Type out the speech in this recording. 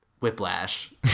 Whiplash